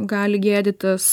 gali gėdytis